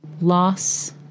loss